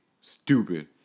Stupid